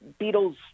Beatles